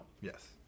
yes